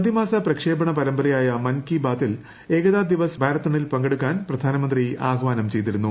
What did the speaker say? പ്രതിമാസ പ്രക്ഷേപണ പരമ്പരയായ മൻ കി ബാതിൽ ഏകതാ ദിവസ് മാരത്തണിൽ പങ്കെടുക്കാൻ പ്രധാനമന്ത്രി ആഹാനം ചെയ്തിരുന്നു